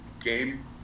game